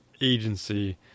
agency